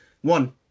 one